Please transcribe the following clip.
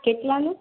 કેટલાનું